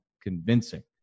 convincing